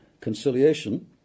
conciliation